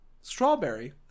strawberry